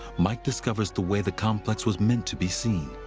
mike discovers the way the complex was meant to be seen.